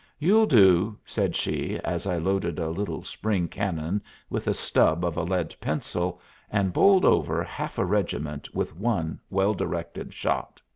you'll do, said she, as i loaded a little spring-cannon with a stub of a lead-pencil and bowled over half a regiment with one well-directed shot.